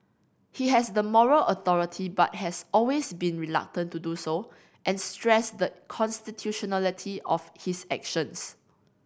he has the moral authority but has always been reluctant to do so and stressed the constitutionality of his actions